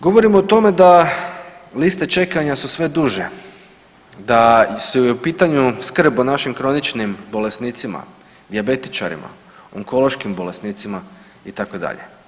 Govorimo o tome da liste čekanja su sve duže, da je u pitanju skrb o našim kroničnim bolesnicima, dijabetičarima, onkološkim bolesnicima itd.